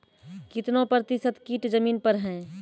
कितना प्रतिसत कीट जमीन पर हैं?